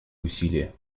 усилия